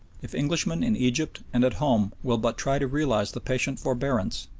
if englishmen in egypt and at home will but try to realise the patient forbearance,